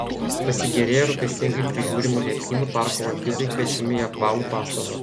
pasigėrėję rūpestingai prižiūrimu liepynu parko lankytojai kviečiami į apvalų pastatą